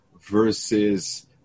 versus